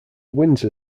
windsor